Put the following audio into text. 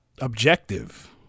objective